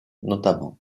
notamment